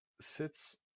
sits